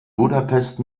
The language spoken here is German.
budapest